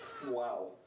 Wow